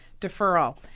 deferral